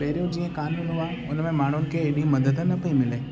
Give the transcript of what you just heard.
पहिरियों जीअं क़ानून हुआ उन में माण्हुनि खे अहिड़ी मदद न पई मिले